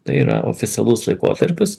tai yra oficialus laikotarpis